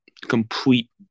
complete